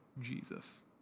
Jesus